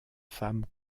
femme